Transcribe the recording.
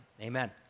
Amen